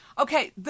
Okay